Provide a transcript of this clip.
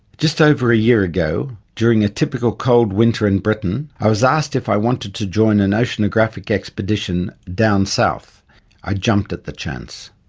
just over a year ago, during a typical cold winter in britain, i was asked if i wanted to join an oceanographic expedition down south i jumped at the chance.